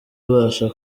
ubasha